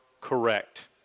correct